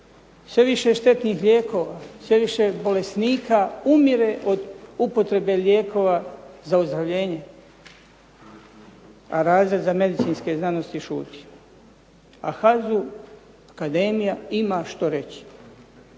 Sve više štetnih lijekova, sve više bolesnika umire od upotrebe lijekova za ozdravljene. A razred za medicinske znanosti šuti. A HAZU akademija ima što reći.